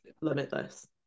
limitless